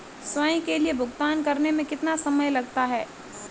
स्वयं के लिए भुगतान करने में कितना समय लगता है?